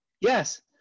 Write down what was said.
yes